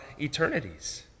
eternities